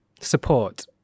support